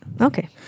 Okay